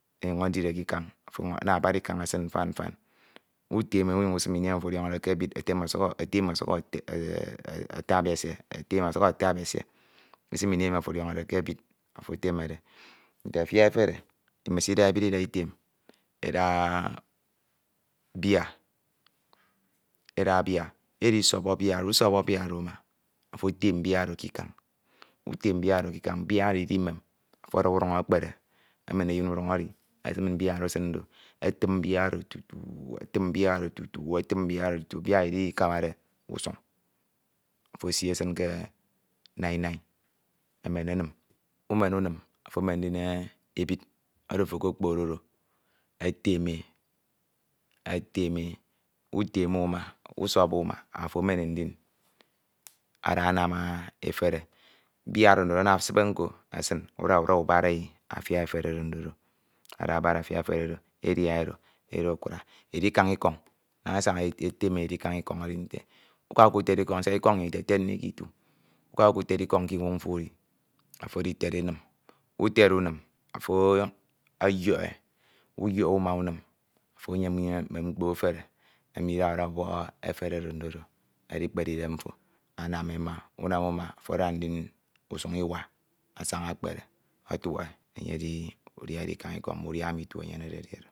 enyañ edire k'ikañ ana abara esin ikañ mfan utem e unyiñ using ini emi afo ọdiọñọ de ke d ebid etem e ọsuk atabi esie, isim ini emi afo ọdiọñọde ke e ebid enyañ edine k'ikañ utem e using ini emi ediọñọde ke ebid afo etemede Nye afia efene esida ebid eda etem eda bia edisọbọ bia usọbọ bia Oro uma etem bia Oro k'ikañ utem bia Oro k'ikañ utem bia Oro k'ikañ bia Oro idimem afo ada udañ ekpo emen eyin udañ edi ekim bia Oro esin etin bia Oro tutu etim bia Oro tutu etim bia Oro tutu, bia Oro idikaba de usuñ afo esi esin ke nainai emen enim umen unim afo emen ndin ebid Oro afo okopokde do emen etem utem e uma usọbọ e uma afo emen ndi emen ndi emen ada Anam efere bia Oro ndodo anam esibe nko eke afo unade unam afia efere Oro ndodo ada aban afia efere Oro edia edo edo Akira. Edkan ikọñ naña esaña etem esikan ikọñ edi note uka ukated ikọñ siak ikọñ nnyin tired ikọñ mi ke etu afo edited unim uted unim afo ọyọk e uyọk uma unim afo enyem mkpo efere emi udade ubọk efere Oro ndo de edikpere idem mfo Anam e ama unam e uma afo ada ndin usuñ iwa asaña ekpere e enye edi edikan ikọñ udia emi itu enyenede edi Oro.